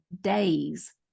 days